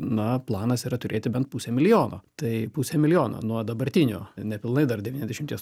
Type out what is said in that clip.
na planas yra turėti bent pusę milijono tai pusė milijono nuo dabartinio nepilnai dar devyniasdešimties